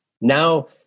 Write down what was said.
Now